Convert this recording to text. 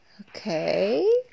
Okay